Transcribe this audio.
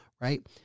right